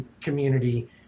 community